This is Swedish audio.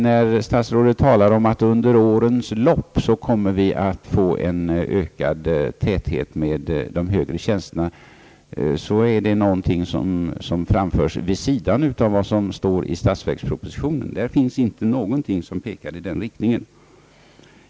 När statsrådet talar om att det under årens lopp kommer att bli en ökad täthet i fråga om de högre tjänsterna är det någonting som framförs vid sidan av vad som står i statsverkspropositionen; där finns inte någonting som pekar i den riktningen.